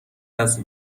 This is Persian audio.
است